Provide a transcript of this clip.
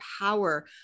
power